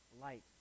light